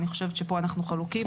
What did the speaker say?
אני חושבת שפה אנחנו חלוקים,